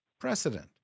precedent